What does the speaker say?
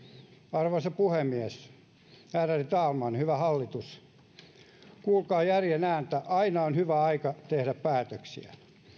arvoisa puhemies ärade talman hyvä hallitus kuulkaa järjen ääntä aina on hyvä aika tehdä päätöksiä